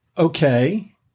Okay